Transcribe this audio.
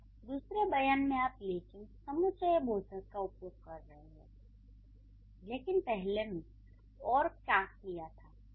तो दूसरे बयान में आप 'लेकिन' समुच्चयबोधक का उपयोग कर रहे हैं लेकिन पहले में 'और' का किया था